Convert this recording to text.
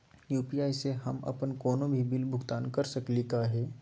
UPI स हम अप्पन कोनो भी बिल भुगतान कर सकली का हे?